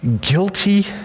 guilty